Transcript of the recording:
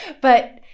but-